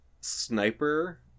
Sniper